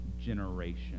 generation